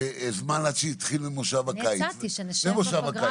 זמן עד שיתחיל מושב הקיץ -- אני הצעתי שנשב בפגרה